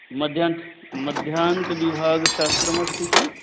मध्यान् मध्यान्तविभागशास्त्रम् अस्ति किम्